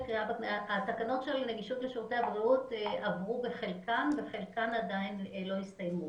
התקנות של נגישות לשירותי הבריאות עברו בחלקן וחלקן עדיין לא הסתיימה